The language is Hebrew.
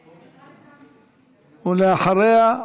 ואחריה,